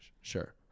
Sure